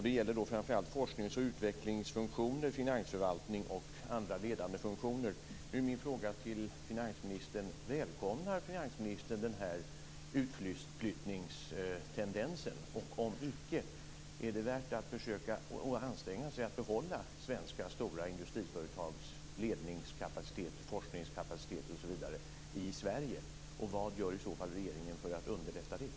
Det gäller då framför allt forsknings och utvecklingsfunktioner, finansförvaltning samt andra ledande funktioner. Min fråga till finansministern är: Välkomnar finansministern den här utflyttningstendensen? Om icke, är det värt att försöka att anstränga sig för att behålla svenska stora industriföretags ledningskapacitet och forskningskapacitet i Sverige? Vad gör i så fall regeringen för att underlätta detta?